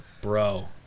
Bro